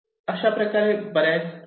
अशाप्रकारे बऱ्याच cell row मध्ये असतात